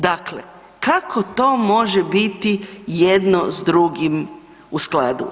Dakle, kako to može biti jedno s drugim u skladu?